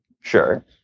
Sure